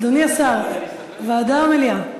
אדוני השר, ועדה או מליאה?